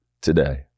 today